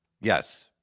Yes